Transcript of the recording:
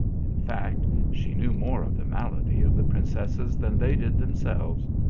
in fact, she knew more of the malady of the princesses than they did themselves.